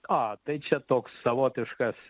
a tai čia toks savotiškas